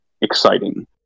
exciting